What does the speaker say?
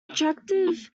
attractive